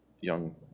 young